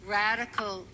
radical